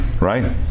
right